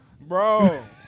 bro